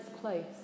close